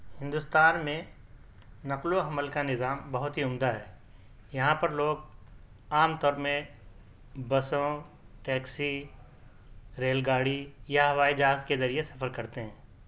ہندوستان میں نقل و حمل کا نظام بہت ہی عمدہ ہے یہاں پر لوگ عام طور میں بسوں ٹیکسی ریل گاڑی یا ہوائی جہاز کے ذریعے سفر کرتے ہیں